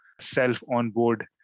self-onboard